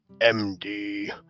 MD